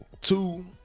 Two